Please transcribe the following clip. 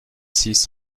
six